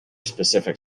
specific